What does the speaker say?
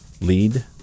lead